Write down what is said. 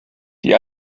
die